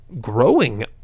growing